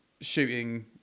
shooting